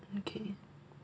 okay